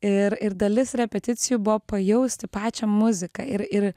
ir ir dalis repeticijų buvo pajausti pačią muziką ir ir